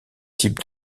type